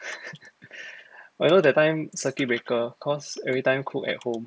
although that time circuit breaker because everytime cook at home